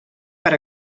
per